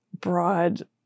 broad